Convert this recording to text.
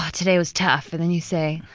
today was tough. and then you say,